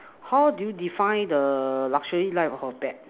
how do you define the luxury life of a bat